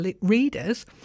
readers